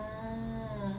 orh